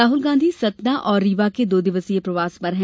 राहल गांधी सतना और रीवा के दो दिवसीय प्रवास पर हैं